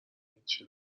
هیچی